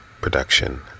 production